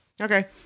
Okay